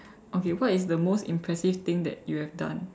okay what is the most impressive thing that you have done